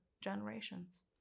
generations